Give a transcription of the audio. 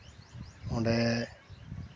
ᱚᱸᱰᱮ